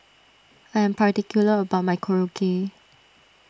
I am particular about my Korokke